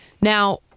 Now